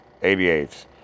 88